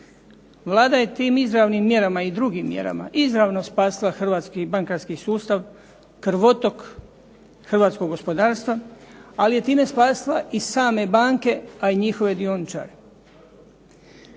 Vlada je tim izravnim mjerama i drugim mjerama izravno spasila hrvatski bankarski sustav, krvotok hrvatskog gospodarstva, ali je time spasila i same banke, a i njihove dioničare.